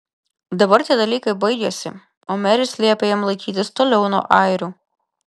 dabar tie dalykai baigėsi o meris liepė jam laikytis toliau nuo airių